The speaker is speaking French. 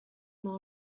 mon